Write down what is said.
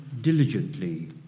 diligently